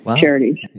charities